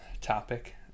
topic